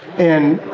and,